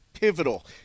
pivotal